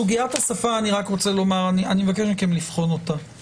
אני מבקש מכם לבחון את סוגיית השפה.